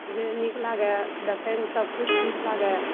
जे नीक लागए देखैमे सबकिछु ठीक लागए